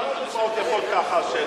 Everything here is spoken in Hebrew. אולי תביא לנו כמה דוגמאות?